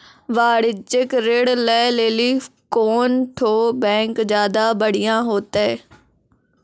वाणिज्यिक ऋण लै लेली कोन ठो बैंक ज्यादा बढ़िया होतै?